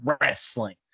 wrestling